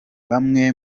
bamwe